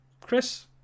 Chris